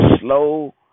Slow